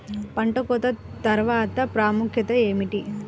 పంట కోత తర్వాత ప్రాముఖ్యత ఏమిటీ?